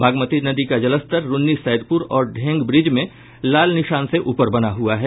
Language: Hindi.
बागमती नदी का जलस्तर रून्नीसैदपुर और ढेंग ब्रिज में लाल निशान से ऊपर बना हुआ है